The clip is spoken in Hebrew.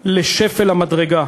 לשפל המדרגה.